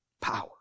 power